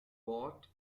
brought